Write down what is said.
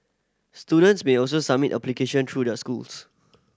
students may also submit application through their schools